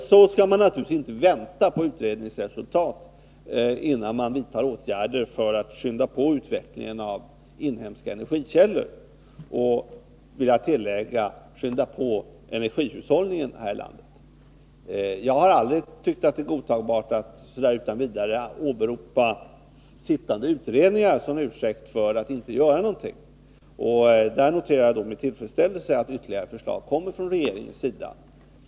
Man skall naturligtvis inte vänta på utredningsresultat, innan man vidtar åtgärder för att påskynda utvecklingen av inhemska energikällor, och jag vill tillägga: skynda på energihushållningen här i landet. Jag har aldrig tyckt att det är godtagbart att utan vidare åberopa sittande utredningar som ursäkt för att inte göra någonting. Här noterar jag med tillfredsställelse att det kommer ytterligare förslag från regeringen.